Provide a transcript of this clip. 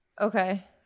Okay